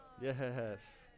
yes